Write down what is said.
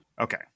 Okay